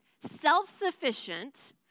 self-sufficient